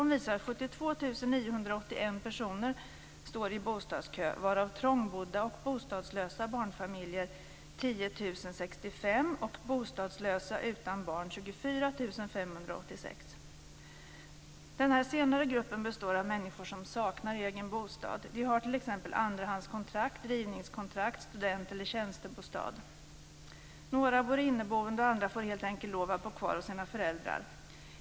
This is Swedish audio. Av dessa är 10 065 trångbodda och bostadslösa barnfamiljer och 24 586 bostadslösa utan barn. Den senare gruppen består av människor som saknar egen bostad. De har t.ex. andrahandskontrakt, rivningskontrakt, student eller tjänstebostad. Några bor inneboende, och andra får helt enkelt lov att bo kvar hos sina föräldrar.